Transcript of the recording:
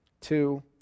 Two